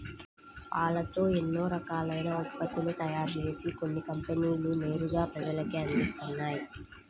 పాలతో ఎన్నో రకాలైన ఉత్పత్తులను తయారుజేసి కొన్ని కంపెనీలు నేరుగా ప్రజలకే అందిత్తన్నయ్